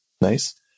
Nice